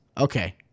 Okay